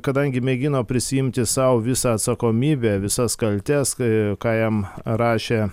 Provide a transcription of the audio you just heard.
kadangi mėgino prisiimti sau visą atsakomybę visas kaltes kai ką jam rašė